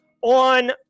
on